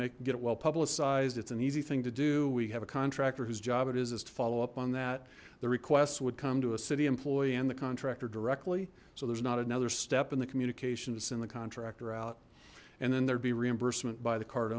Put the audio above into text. it well publicized it's an easy thing to do we have a contractor whose job it is is to follow up on that the requests would come to a city employee and the contractor directly so there's not another step in the communications in the contractor out and then there'd be reimbursement by the car